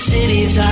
Cities